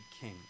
king